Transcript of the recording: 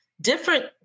different